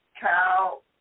cow